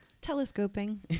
Telescoping